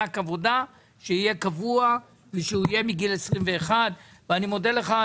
מענק עבודה שיהיה קבוע ומגיל 21. אני מודה לך,